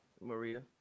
Maria